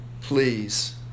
please